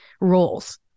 roles